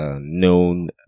known